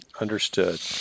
Understood